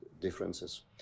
differences